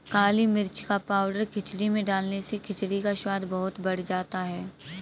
काली मिर्च का पाउडर खिचड़ी में डालने से खिचड़ी का स्वाद बहुत बढ़ जाता है